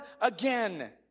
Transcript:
again